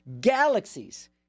galaxies